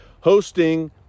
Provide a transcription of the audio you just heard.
hosting